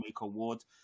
Award